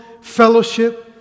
fellowship